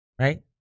right